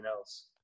else